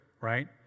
right